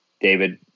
David